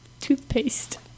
toothpaste